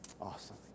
Awesome